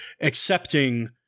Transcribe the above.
accepting